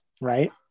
right